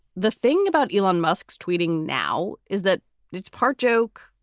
the thing about elon musk's tweeting now is that it's part joke,